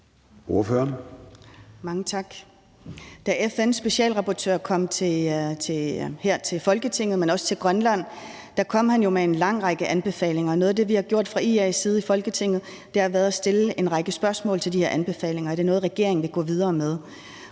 (IA): Da FN's specialrapportør kom her til Folketinget, men også til Grønland, kom han jo med en lang række anbefalinger. Noget af det, vi har gjort fra IA's side i Folketinget, har været at stille en række spørgsmål til de her anbefalinger – er det noget, regeringen vil gå videre med?